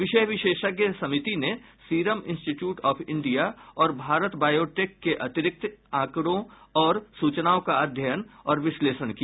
विषय विशेषज्ञ समिति ने सीरम इंस्टीट्यूट ऑफ इंडिया और भारत बायोटेक के अतिरिक्त आंकड़ों और सूचनाओं का अध्ययन और विश्लेषण किया